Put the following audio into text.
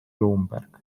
bloomberg